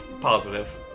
positive